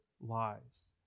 lives